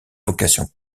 vocation